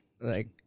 like-